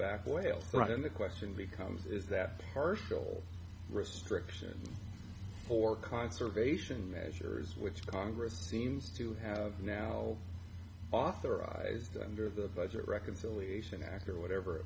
back whale right and the question becomes is that partial restriction for conservation measures which congress seems to have now authorized under the budget reconciliation act or whatever